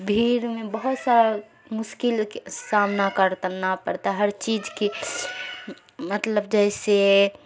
بھیڑ میں بہت سا مشکل سامنا کرنا پڑتا ہر چیز کی مطلب جیسے